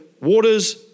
waters